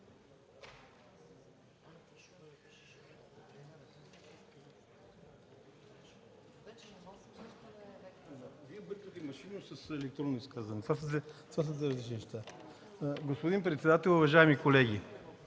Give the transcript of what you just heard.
господин председател. Уважаеми колеги!